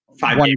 five